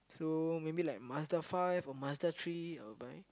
so maybe like from Master five or master three like